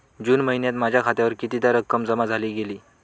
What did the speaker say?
जून महिन्यात माझ्या खात्यावर कितीदा रक्कम जमा केली गेली?